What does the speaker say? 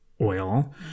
oil